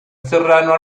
serrano